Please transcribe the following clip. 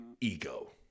ego